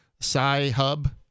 Sci-Hub